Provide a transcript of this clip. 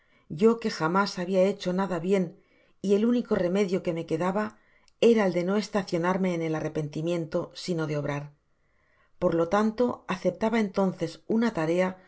yo que jamás habia hecho nada bien y el único remedio que me quedaba era el de no estaciornarmeen el arrepentimiento sino de obrar por lo tanto aceptaba entonces una tarea